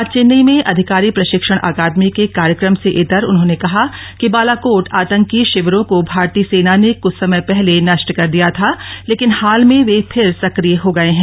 आज चेन्नई में अधिकारी प्रशिक्षण अकादमी के कार्यक्रम से इतर उन्होंने कहा कि बालाकोट आतंकी शिविरों को भारतीय सेना ने कुछ समय पहले नष्ट कर दिया था लेकिन हाल में वे फिर सक्रिय हो गए हैं